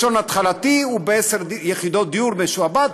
יש הון התחלתי, הוא בעשר יחידות דיור משועבד,